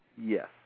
Yes